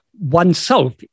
oneself